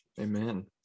Amen